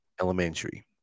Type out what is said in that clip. elementary